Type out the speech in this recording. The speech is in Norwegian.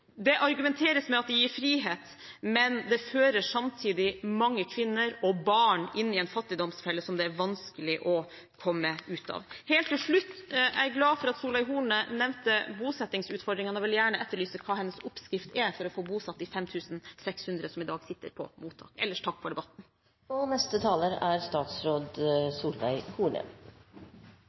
Det argumenteres med at det gir frihet, men det fører samtidig mange kvinner og barn inn i en fattigdomsfelle som det er vanskelig å komme ut av. Helt til slutt: Jeg er glad for at Solveig Horne nevnte bosettingsutfordringene og vil gjerne etterlyse hva hennes oppskrift er for å få bosatt de 5 600 som i dag sitter i mottak. Ellers: Takk for debatten.